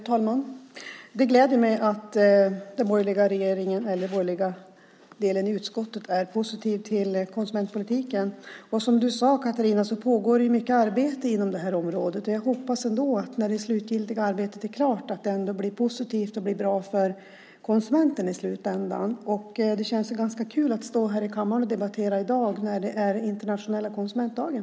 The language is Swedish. Fru talman! Det gläder mig att den borgerliga delen i utskottet är positiv till konsumentpolitiken. Som du sade, Katarina, pågår det mycket arbete inom det här området, och jag hoppas att när det slutgiltiga arbetet är klart blir det positivt och bra för konsumenten i slutändan. Det känns ganska kul att stå här i kammaren och debattera i dag när det är internationella konsumentdagen.